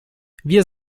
wir